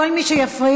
כל מי שיפריע,